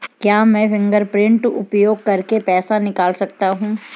क्या मैं फ़िंगरप्रिंट का उपयोग करके पैसे निकाल सकता हूँ?